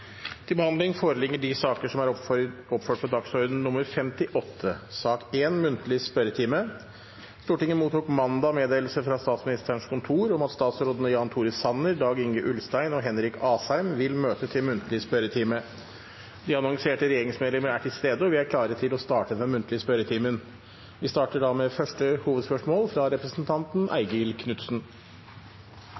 til muntlig spørretime. De annonserte regjeringsmedlemmene er til stede, og vi er klare til å starte den muntlige spørretimen. Vi starter da med første hovedspørsmål, fra representanten